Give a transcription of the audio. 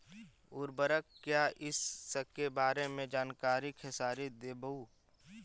उर्वरक क्या इ सके बारे मे जानकारी खेसारी देबहू?